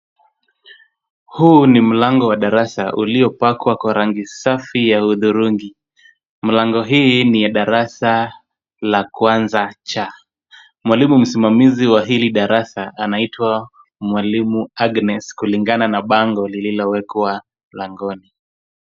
Huu ni mlango wa darasa uliopakwa kwa rangi safi ya hudhurungi. Mlango hii ni ya darasa la kwanza C. Mwalimu msimamizi wa hili darasa anaitwa mwalimu Agnes kulingana na bango lililowekwa langoni.